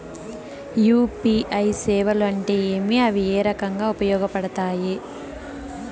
UPI సేవలు అంటే ఏమి, అవి ఏ రకంగా ఉపయోగపడతాయి పడతాయి?